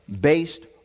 based